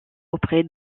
auprès